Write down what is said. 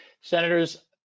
Senators